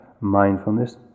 mindfulness